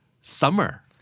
Summer